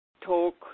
talk